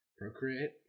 Procreate